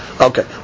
Okay